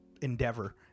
endeavor